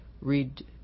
read